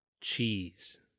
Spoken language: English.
cheese